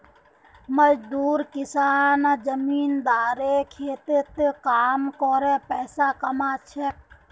मजदूर किसान जमींदारेर खेतत काम करे पैसा कमा छेक